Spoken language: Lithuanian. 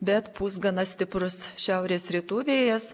bet pūs gana stiprus šiaurės rytų vėjas